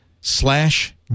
slash